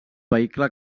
vehicle